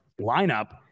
lineup